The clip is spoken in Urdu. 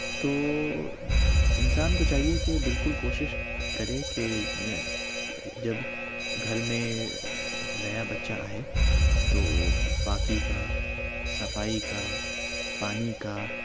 تو انسان کو چاہیے کہ بالکل کوشش کرے کہ جب گھر میں نیا بچہ آئے تو پاکی کا صفائی کا پانی کا